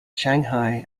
shanghai